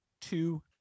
two